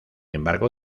embargo